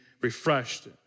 refreshed